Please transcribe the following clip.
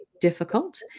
difficult